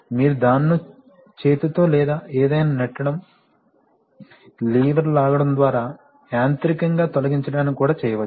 మీరు దానిని చేతితో లేదా ఏదైనా నెట్టడం లీవర్ లాగడం ద్వారా యాంత్రికంగా తొలగించడానికి కూడా చేయవచ్చు